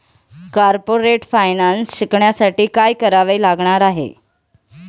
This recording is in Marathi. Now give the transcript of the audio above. कॉर्पोरेट फायनान्स शिकण्यासाठी काय करावे लागणार आहे?